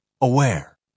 aware